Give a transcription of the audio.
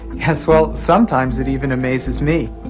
yes well, sometimes it even amazes me.